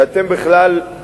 שאתם בכלל,